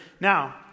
Now